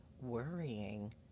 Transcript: worrying